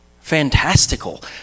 fantastical